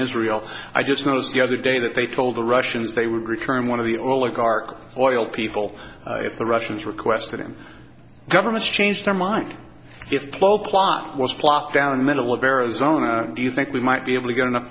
israel i just noticed the other day that they told the russians they would return one of the oligarch oil people if the russians requested him governments change their mind if slow plot was plopped down in the middle of arizona do you think we might be able to get enough